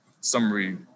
summary